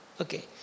okay